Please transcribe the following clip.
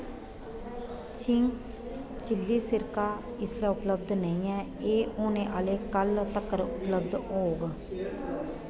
Ching's chilli सिरका इसलै उपलब्ध नेईं ऐ एह् औने आह्ले कल तकर उपलब्ध होग